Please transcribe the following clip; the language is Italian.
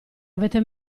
avete